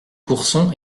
courson